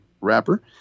wrapper